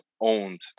owned